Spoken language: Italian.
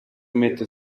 mette